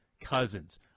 Cousins